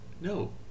No